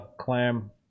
clam